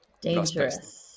Dangerous